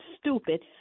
stupid